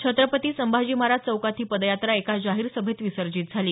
छत्रपती संभाजी महाराज चौकात ही पदयात्रा एका जाहीर सभेत विसर्जित झाली